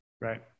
Right